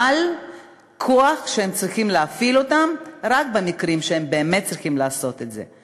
אבל כוח שהם צריכים להפעיל רק במקרים שבאמת צריכים לעשות את זה.